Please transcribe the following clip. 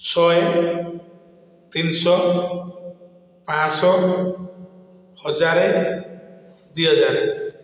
ଶହେ ତିନଶହ ପାଞ୍ଚଶହ ହଜାରେ ଦୁଇ ହଜାର